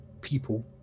people